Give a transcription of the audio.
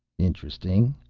interesting.